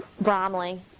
Bromley